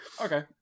Okay